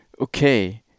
Okay